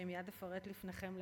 שמייד אפרט לפניכם,